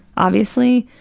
obviously,